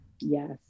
Yes